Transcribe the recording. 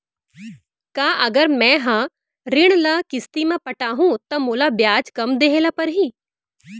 का अगर मैं हा ऋण ल किस्ती म पटाहूँ त मोला ब्याज कम देहे ल परही?